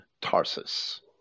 Tarsus